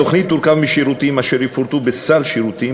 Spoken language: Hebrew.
התוכנית תורכב משירותים אשר יפורטו בסל שירותים,